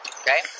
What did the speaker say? okay